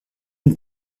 ihn